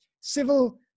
civil